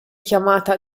chiamata